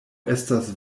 estas